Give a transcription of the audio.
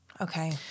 Okay